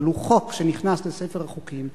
אבל הוא חוק שנכנס לספר החוקים,